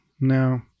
no